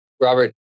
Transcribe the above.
Robert